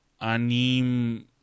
anime